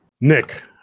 Nick